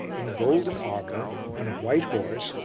in golden armour, on a white horse,